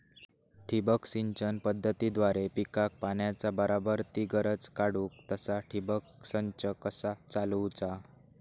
ठिबक सिंचन पद्धतीद्वारे पिकाक पाण्याचा बराबर ती गरज काडूक तसा ठिबक संच कसा चालवुचा?